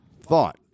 thought